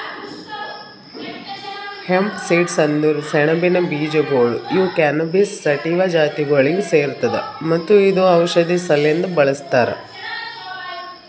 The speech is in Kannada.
ಹೆಂಪ್ ಸೀಡ್ಸ್ ಅಂದುರ್ ಸೆಣಬಿನ ಬೀಜಗೊಳ್ ಇವು ಕ್ಯಾನಬಿಸ್ ಸಟಿವಾ ಜಾತಿಗೊಳಿಗ್ ಸೇರ್ತದ ಮತ್ತ ಇದು ಔಷಧಿ ಸಲೆಂದ್ ಬಳ್ಸತಾರ್